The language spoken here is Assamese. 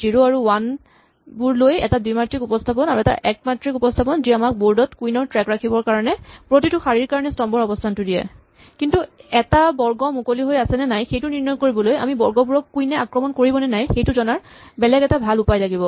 জিৰ' আৰু ৱান বোৰ লৈ এটা দ্বিমাত্ৰিক উপস্হাপন আৰু এটা একমাত্ৰিক উপস্হাপন যি আমাক বৰ্ড ত কুইন ৰ ট্ৰেক ৰাখিবৰ কাৰণে প্ৰতিটো শাৰীৰ কাৰণে স্তম্ভৰ অৱস্হানটো দিয়ে কিন্তু এটা বৰ্গ মুকলি হৈ আছে নে নাই সেইটো নিৰ্ণয় কৰিবলৈ আমি বৰ্গবোৰক কুইন এ আক্ৰমণ কৰিব নে নাই সেইটো জনাৰ বেলেগ এটা ভাল উপায় পাব লাগিব